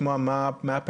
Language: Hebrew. לשמוע מה הפערים,